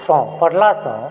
संँ पढ़लासंँ